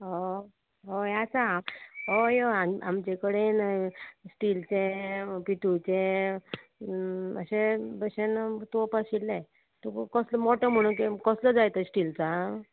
ह हय आसा हय हय आम आमचे कडेन स्टीलचे पितूळचे अशे भशेन तोप आशिल्ले तुका कसलो मोटो म्हणून कसलो जाय तो स्टीलचा